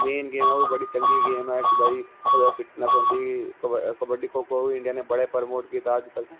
main game ऐ ओह् बी बड़ी चंगी गेम ऐ कि भाई कुतै फिटनेस होंदी कबड्डी खो खो इंडिया ने बड़ा प्रमोट कीता अजकल